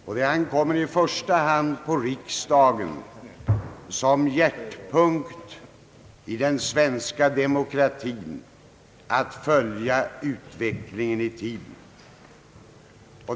Det ankommer i första hand på riksdagen som hjärtpunkt i den svenska demokratin att följa utvecklingen i tiden.